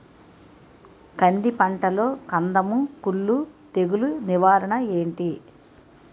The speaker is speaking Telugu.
కంది పంటలో కందము కుల్లు తెగులు నివారణ ఏంటి?